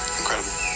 incredible